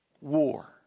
war